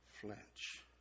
flinch